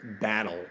battle